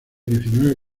diecinueve